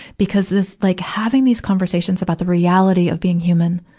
because this like, having these conversations about the reality of being human,